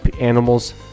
animals